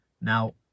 Now